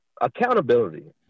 accountability